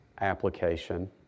application